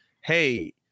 hey